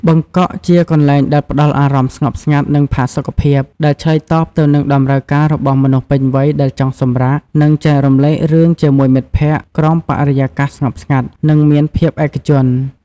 បឹកកក់ ជាកន្លែងដែលផ្តល់អារម្មណ៍ស្ងប់ស្ងាត់ និងផាសុខភាព ដែលឆ្លើយតបទៅនឹងតម្រូវការរបស់មនុស្សពេញវ័យដែលចង់សម្រាក និងចែករំលែករឿងជាមួយមិត្តភក្តិ ក្រោមបរិយាកាសស្ងប់ស្ងាត់ និងមានភាពឯកជន។